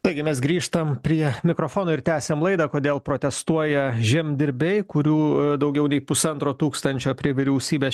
taigi mes grįžtam prie mikrofono ir tęsiam laidą kodėl protestuoja žemdirbiai kurių daugiau nei pusantro tūkstančio prie vyriausybės